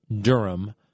Durham